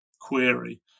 query